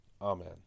Amen